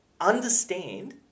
Understand